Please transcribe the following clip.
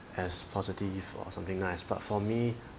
as positive or something nice but for me